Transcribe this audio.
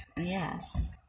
Yes